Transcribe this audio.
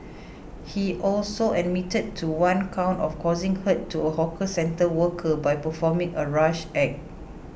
he also admitted to one count of causing hurt to a hawker centre worker by performing a rash act